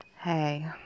Hey